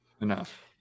Enough